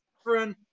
friend